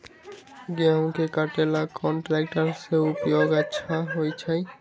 गेंहू के कटे ला कोंन ट्रेक्टर के उपयोग होइ छई?